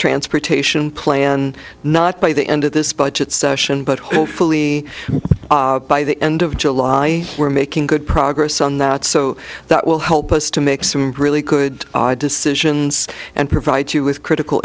transportation plan not by the end of this budget session but hopefully by the end of july we're making good progress on that so that will help us to make some really good decisions and provide you with critical